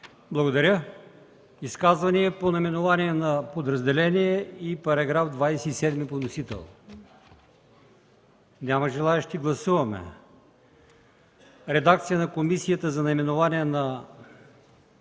Благодаря. Изказвания по наименованието на подразделението и § 27 по вносител? Няма желаещи. Гласуваме редакцията на комисията за наименованието на подразделението